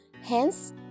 hence